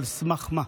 על סמך מה?